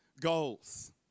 goals